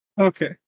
Okay